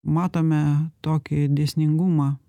matome tokį dėsningumą